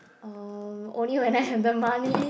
uh only when I have the money